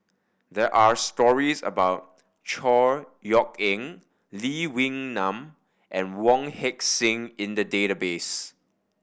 there are stories about Chor Yeok Eng Lee Wee Nam and Wong Heck Sing in the database